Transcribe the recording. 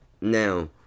now